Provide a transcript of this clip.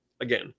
Again